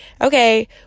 okay